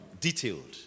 detailed